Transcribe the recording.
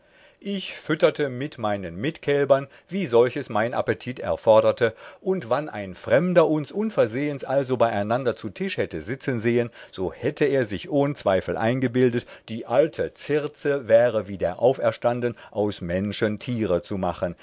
ich fütterte mit meinen mitkälbern wie solches mein appetit erfoderte und wann ein frembder uns unversehns also beieinander zu tisch hätte sitzen sehen so hätte er sich ohn zweifel eingebildet die alte circe wäre wieder auferstanden aus menschen tiere zu machen